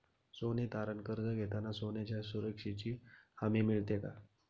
सोने तारण कर्ज घेताना सोन्याच्या सुरक्षेची हमी मिळते का?